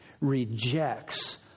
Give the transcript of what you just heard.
rejects